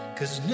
Cause